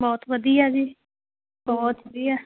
ਬਹੁਤ ਵਧੀਆ ਜੀ ਬਹੁਤ ਵਧੀਆ